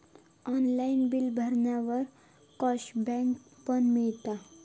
online बिला भरल्यावर cashback पण मिळता